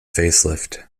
facelift